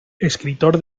escritor